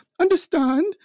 understand